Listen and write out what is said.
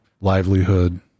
livelihood